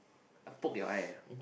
I poke your eye ah